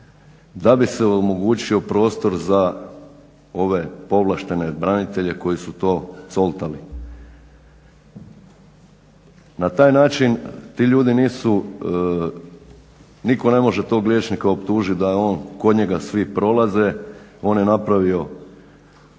da bi se omogućio prostor za ove povlaštene branitelje koji su to coltali. Na taj način ti ljudi nisu, nitko ne može tog liječnika optužiti da je on, kod njega svi prolaze, on je napravio